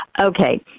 Okay